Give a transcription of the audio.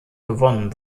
gewonnen